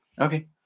Okay